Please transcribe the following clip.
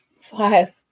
five